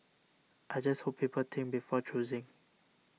I just hope people think before choosing